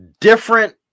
different